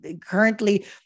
currently